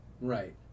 Right